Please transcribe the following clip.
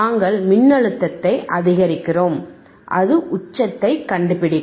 நாங்கள் மின்னழுத்தத்தை அதிகரிக்கிறோம் அது உச்சத்தை கண்டுபிடிக்கும்